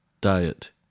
diet